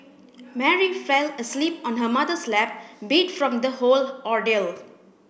Mary fell asleep on her mother's lap beat from the whole ordeal